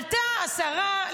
עלתה השרה,